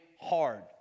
hard